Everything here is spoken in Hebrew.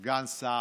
סגן שר,